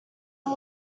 and